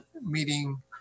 meeting